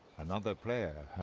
another player